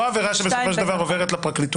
ולא על עבירה שבסופו של דבר עוברת לפרקליטות.